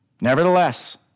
Nevertheless